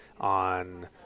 on